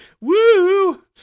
woo